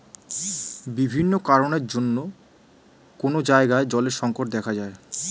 বিভিন্ন কারণের জন্যে কোন জায়গায় জলের সংকট দেখা যায়